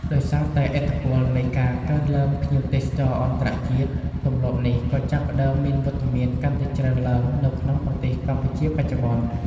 ដោយសារតែឥទ្ធិពលនៃការកើនឡើងភ្ញៀវទេសចរអន្តរជាតិ ទម្លាប់នេះក៏ចាប់ផ្តើមមានវត្តមានកាន់តែច្រើនឡើងនៅក្នុងប្រទេសកម្ពុជាបច្ចុប្បន្ន។